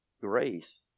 grace